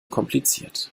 kompliziert